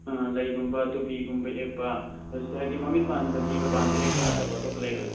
ꯑꯥ ꯂꯩꯒꯨꯝꯕ ꯇꯨꯄꯤꯒꯨꯝꯕ ꯌꯦꯛꯄ ꯑꯗꯨ ꯁꯤ ꯍꯥꯏꯕꯗꯤ ꯃꯃꯤꯠ ꯄꯥꯟꯕ ꯖꯤꯕ ꯄꯥꯟꯕ ꯌꯦꯛꯄ ꯅꯠꯇꯕ ꯑꯇꯣꯞꯄ ꯂꯩꯔꯣꯏꯗ꯭ꯔꯣ